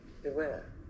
beware